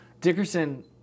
Dickerson